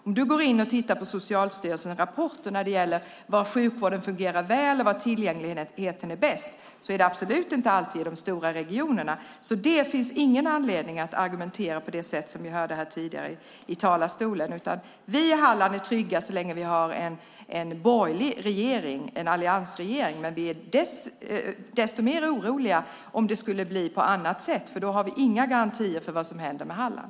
Om du går in och tittar på Socialstyrelsens rapporter när det gäller var sjukvården fungerar väl och var tillgängligheten är bäst ser du att det absolut inte alltid är i de stora regionerna. Det finns alltså ingen anledning argumentera för detta på det sätt vi hörde från talarstolen tidigare. Vi i Halland är trygga så länge vi har en borgerlig regering, en alliansregering, men vi är desto mer oroliga om det skulle bli på annat sätt. Då har vi nämligen inga garantier för vad som händer med Halland.